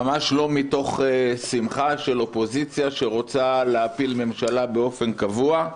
ממש לא מתוך שמחה של אופוזיציה שרוצה להפיל ממשלה באופן קבוע,